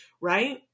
Right